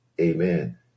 Amen